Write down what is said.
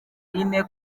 ine